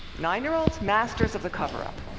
nine-year-olds, masters of the cover-up.